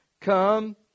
Come